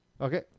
Okay